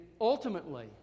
ultimately